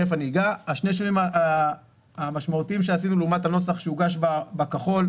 שני שינויים משמעותיים עשינו לעומת הנוסח שהוגש בכחול.